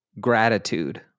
gratitude